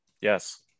Yes